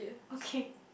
okay